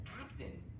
acting